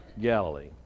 Galilee